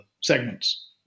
segments